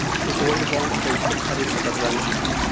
Gold bond कईसे खरीद सकत बानी?